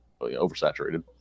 oversaturated